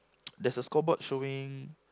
there's a scoreboard showing